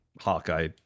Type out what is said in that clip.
Hawkeye